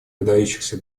выдающихся